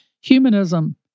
humanism